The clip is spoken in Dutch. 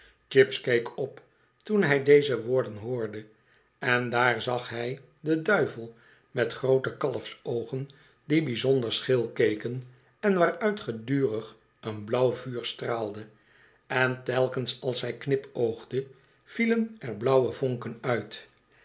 geweldig chips keek op toen hij deze woorden hoorde en daar zag hij den duivel met groote kalfsoogen die bijzonder scheel keken en waaruit gedurig een biauw vuur straalde en telkens als hij knipoogde vielen er blauwe vonken uit